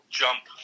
jump